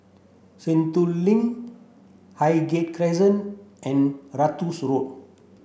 Sentul Link Highgate Crescent and Road